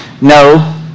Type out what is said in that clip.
no